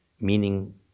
meaning